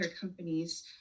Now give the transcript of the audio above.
companies